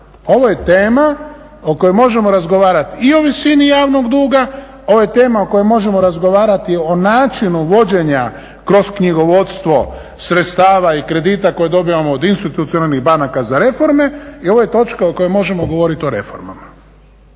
ovo je tema o kojoj možemo razgovarati o načinu vođenja kroz knjigovodstvo sredstava i kredita koje dobivamo od institucionalnih banaka za reforme i ovo je točka u kojoj možemo govoriti o reformama.